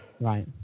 right